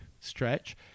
stretch